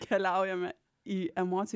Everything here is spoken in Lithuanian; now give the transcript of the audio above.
keliaujame į emocijų